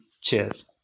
cheers